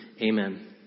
Amen